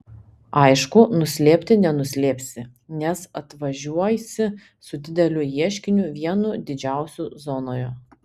aišku nuslėpti nenuslėpsi nes atvažiuosi su dideliu ieškiniu vienu didžiausių zonoje